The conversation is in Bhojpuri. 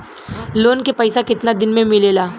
लोन के पैसा कितना दिन मे मिलेला?